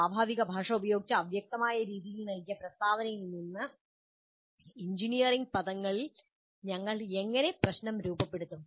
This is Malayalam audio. സ്വാഭാവിക ഭാഷ ഉപയോഗിച്ച് അവ്യക്തമായ രീതിയിൽ നൽകിയ പ്രസ്താവനയിൽ നിന്ന് എഞ്ചിനീയറിംഗ് പദങ്ങളിൽ ഞങ്ങൾ എങ്ങനെ പ്രശ്നം രൂപപ്പെടുത്തും